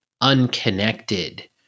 unconnected